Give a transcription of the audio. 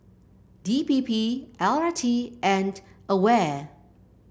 D P P L R T and Aware